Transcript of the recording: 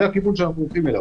זה הכיוון שאנחנו הולכים אליו,